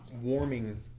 Warming